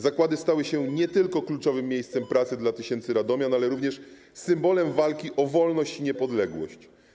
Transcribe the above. Zakłady stały się nie tylko kluczowym miejscem pracy dla tysięcy Radomian, ale również symbolem walki o wolność i niepodległość.